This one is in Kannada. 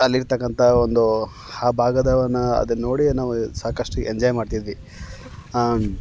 ಅಲ್ಲಿರತಕ್ಕಂಥ ಒಂದೂ ಆ ಭಾಗದವನ ಅದನ್ನ ನೋಡಿ ನಾವು ಸಾಕಷ್ಟು ಎಂಜಾಯ್ ಮಾಡ್ತಿದ್ವಿ